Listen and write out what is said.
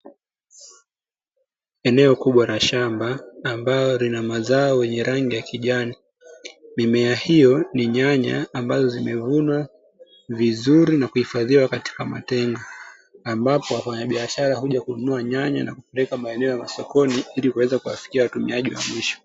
Eneo kubwa la shamba, ambalo lina mazao yenye rangi ya kijani. Mimea hiyo ni nyanya ambazo zimevunwa vizuri na kuhifadhiwa katika matenga, ambapo wafanyabiashara huja kununua nyanya na kupeleka maeneo ya masokoni ili kuweza kuwafikia watumiaji wa mwisho.